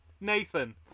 Nathan